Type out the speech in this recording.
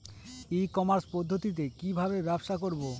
ই commerce পদ্ধতিতে কি ভাবে ব্যবসা করব?